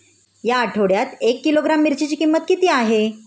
या आठवड्यात एक किलोग्रॅम मिरचीची किंमत किती आहे?